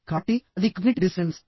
కాబట్టి అది cognitive dissonance